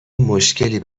مشکلی